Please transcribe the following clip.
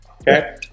Okay